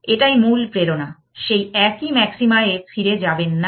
এটাই মূল প্রেরণা সেই একই ম্যাক্সিমা এ ফিরে যাবেন না